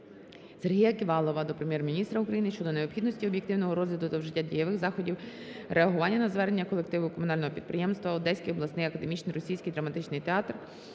Сергія Ківалова до Прем'єр-міністра України щодо необхідності об'єктивного розгляду та вжиття дієвих заходів реагування на звернення колективу Комунального підприємства "Одеський обласний академічний російський драматичний театр"